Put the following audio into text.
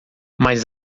mas